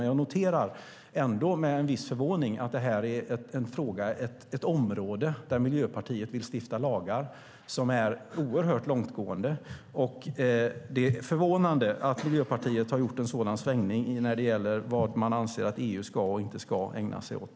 Jag noterar med en viss förvåning att detta är ett område där Miljöpartiet vill stifta lagar som är oerhört långtgående. Det är förvånande att Miljöpartiet har gjort en sådan omsvängning när det gäller vad man anser att EU ska och inte ska ägna sig åt.